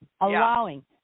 allowing